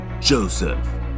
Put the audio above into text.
Joseph